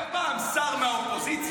אתה ראית פעם שר מהאופוזיציה?